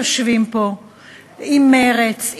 יושבים פה עם מרץ,